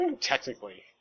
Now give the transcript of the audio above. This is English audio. Technically